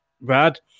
Brad